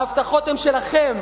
ההבטחות הן שלכם,